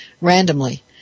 randomly